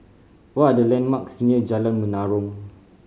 what are the landmarks near Jalan Menarong